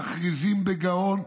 שמכריזים בגאון: